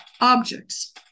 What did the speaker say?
objects